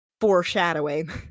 foreshadowing